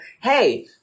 hey